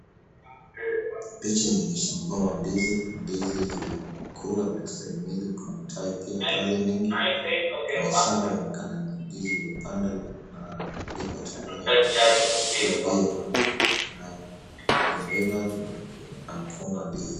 Picha inaonyesha mgomba wa ndizi. Ndizi iliyokuwa limestahimili kuna matawi pia pale mengi na shamba laonekana ni ndizi iliyopandwa na liko tayari kuliwa na limeiva na mkungu wa ndizi.